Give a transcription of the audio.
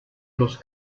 los